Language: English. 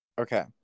Okay